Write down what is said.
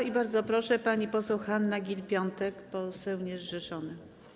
I bardzo proszę, pani poseł Hanna Gill-Piątek, poseł niezrzeszony.